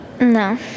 No